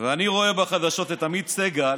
ואני רואה בחדשות את עמית סגל